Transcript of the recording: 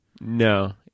No